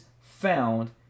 found